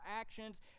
actions